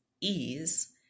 ease